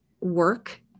work